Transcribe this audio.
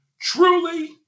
truly